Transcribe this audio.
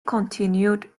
continued